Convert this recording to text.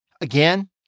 Again